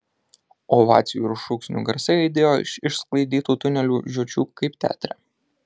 ovacijų ir šūksnių garsai aidėjo iš išsklaidytų tunelių žiočių kaip teatre